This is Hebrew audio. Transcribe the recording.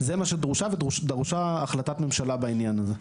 זה מה שדרוש, ודרושה החלטת ממשלה בעניין הזה.